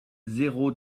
zéro